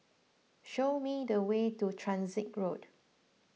show me the way to Transit Road